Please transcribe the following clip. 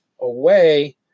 away